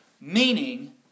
Meaning